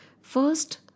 First